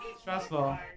Stressful